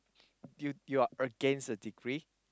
do you you are against a degree